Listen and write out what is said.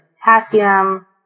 potassium